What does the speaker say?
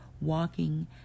walking